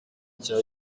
cya